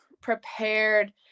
prepared